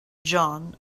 john